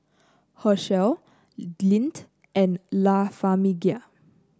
Herschel Lindt and La Famiglia